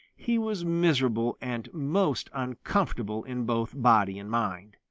he was miserable and most uncomfortable in both body and mind.